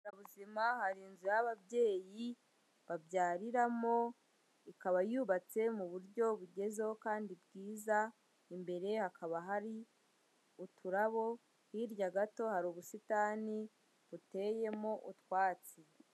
Ku kigo nderabuzima, hari inzu y'ababyeyi babyariramo, ikaba yubatse mu buryo bugezweho kandi bwiza, imbere hakaba hari uturabo, hirya gato hari ubusitani buteyemo utwatsi.